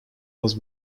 was